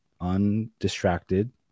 undistracted